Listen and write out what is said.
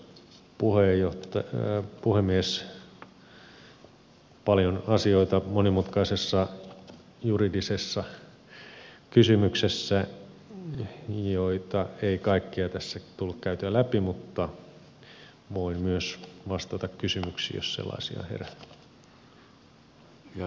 monimutkaisessa juridisessa kysymyksessä paljon asioita joita ei kaikkia tässä tullut käytyä läpi mutta voin myös vastata kysymyksiin jos sellaisia herää